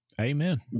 Amen